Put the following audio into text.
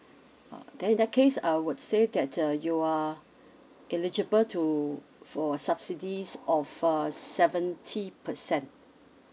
uh then in that case I would say that uh you are eligible to for subsidies of uh seventy percent